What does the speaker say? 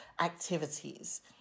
activities